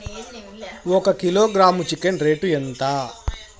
ఒక kilogram chicken rate ఎంత?